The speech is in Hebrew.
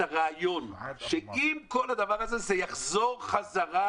הרעיון שעם כל הדבר הזה זה יחזור חזרה?